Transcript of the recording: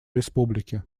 республики